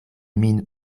min